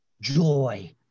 joy